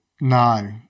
No